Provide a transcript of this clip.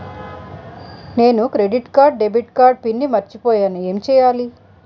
నేను credit card debit card pin మర్చిపోయేను ఎం చెయ్యాలి?